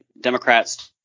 Democrats